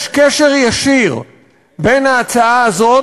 יש קשר ישיר בין ההצעה הזאת,